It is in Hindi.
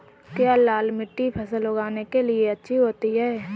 क्या लाल मिट्टी फसल उगाने के लिए अच्छी होती है?